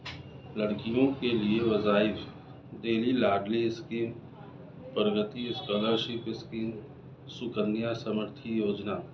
لڑکیوں کے لئے وظائف Delhi Ladli scheme Pragati scholarship scheme Sukanya Samriddhi Yojana